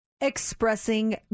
expressing